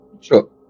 Sure